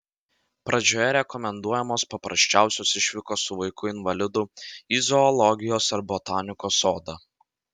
pradžioje rekomenduojamos paprasčiausios išvykos su vaiku invalidu į zoologijos ar botanikos sodą